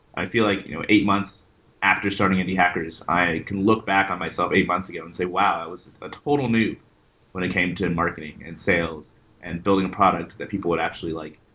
i feel like you know eight months after starting indie hackers, i can look back on myself eight months ago and say, wow! that was a total new when i came to and marketing and sales and building a product that people would actually like,